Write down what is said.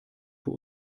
für